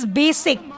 basic